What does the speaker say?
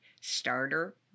Starter